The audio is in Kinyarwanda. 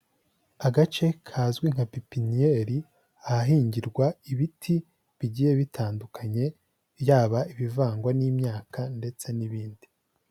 Agace kazwi nka pipiniyeri, ahahingirwa ibiti bigiye bitandukanye, yaba ibivangwa n'imyaka ndetse n'ibindi.